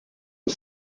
are